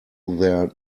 their